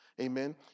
Amen